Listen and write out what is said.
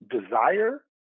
desire